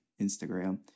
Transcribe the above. Instagram